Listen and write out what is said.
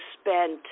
spent